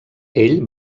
ell